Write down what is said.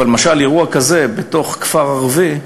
אבל למשל אירוע כזה, בתוך כפר ערבי,